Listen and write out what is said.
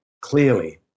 clearly –